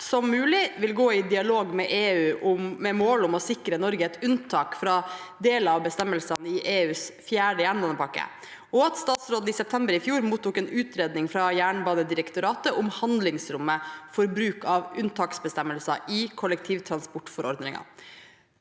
som mulig vil gå i dialog med EU med mål om å sikre Norge unntak fra deler av bestemmelsene i EUs fjerde jernbanepakke, og at statsråden i september i fjor mottok en utredning fra Jernbanedirektoratet om handlingsrommet for bruk av unntaksbestemmelser i kollektivtransportforordningen,